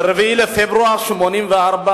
ב-4 בפברואר 1984,